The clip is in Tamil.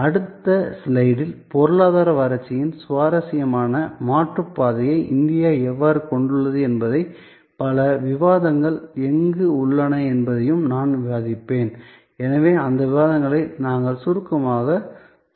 அடுத்த ஸ்லைடில் பொருளாதார வளர்ச்சியின் சுவாரஸ்யமான மாற்றுப் பாதையை இந்தியா எவ்வாறு கொண்டுள்ளது என்பதையும் பல விவாதங்கள் எங்கு உள்ளன என்பதையும் நான் விவாதிப்பேன் எனவே அந்த விவாதங்களை நாங்கள் சுருக்கமாகத் தொடுவோம்